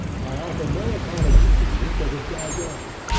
i offer no apology to you for the digression,